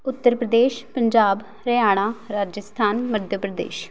Uttar Pradesh Punjab Haryana Rajasthan Madhya Pradesh